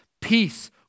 peace